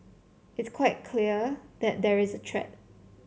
it's quite clear that there is a threat